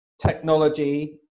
technology